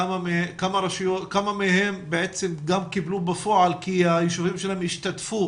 כמה מהם גם קיבלו בפועל כי הישובים שלהם השתתפו